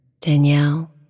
Danielle